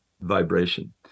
vibration